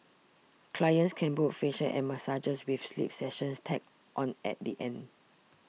clients can book facials and massages with sleep sessions tacked on at the end